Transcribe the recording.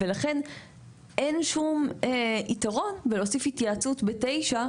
לכן אין שום יתרון בלהוסיף התייעצות ב-(9),